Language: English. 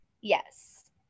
Yes